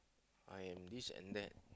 I am this and that